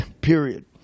Period